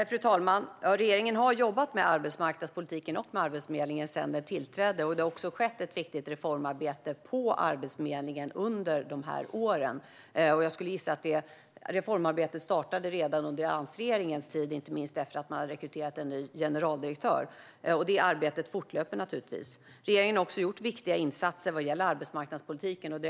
Fru talman! Regeringen har sedan den tillträdde jobbat med arbetsmarknadspolitiken och med Arbetsförmedlingen. Det har skett ett viktigt reformarbete på Arbetsförmedlingen under de här åren. Jag skulle gissa att det reformarbetet startade redan under alliansregeringens tid, inte minst efter att man hade rekryterat en ny generaldirektör, och arbetet fortlöper naturligtvis. Regeringen har också gjort viktiga insatser vad gäller arbetsmarknadspolitiken.